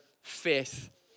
faith